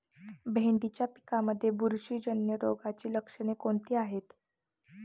भेंडीच्या पिकांमध्ये बुरशीजन्य रोगाची लक्षणे कोणती आहेत?